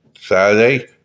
Saturday